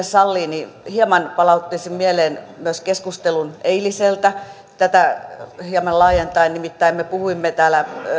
sallii niin hieman palauttaisin mieleen myös keskustelun eiliseltä tätä hieman laajentaen nimittäin me puhuimme täällä